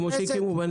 כמו שהקימו בנגב.